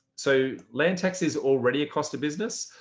so land tax is already a cost of business.